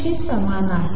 शी समान आहे